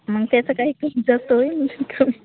मग त्याचं काही कमी जास्त होईल कमी